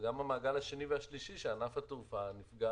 גם המעגל השני והשלישי של ענף התעופה נפגע